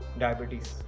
diabetes